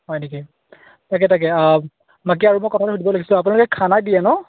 হয় নেকি তাকে তাকে বাকী আৰু মই কথা এটা সুধিব আপোনালোকে খানা দিয়ে ন